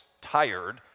tired